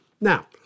Now